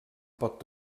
pot